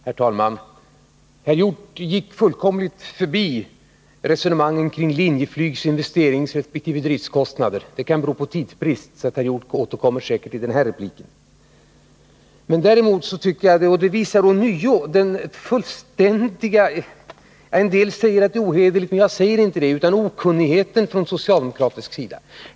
Herr talman! Herr Hjorth gick fullkomligt förbi resonemangen kring Linjeflygs investeringsresp. driftkostnader. Det kan ju ha berott på tidsbrist, så herr Hjorth återkommer säkert i nästa replik. Detta visar emellertid ånyo den fullständiga, en del säger ohederligheten men jag kallar det okunnigheten från socialdemokratisk sida.